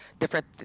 different